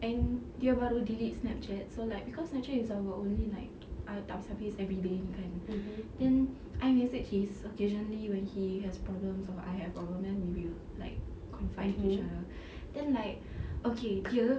and dia baru delete snapchat so like cause snapchat is our only like I tak habis-habis everyday ni kan then imessage is occasionally when he has problems or I have problem then we will like confide in each other then like okay dia